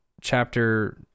chapter